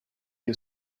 you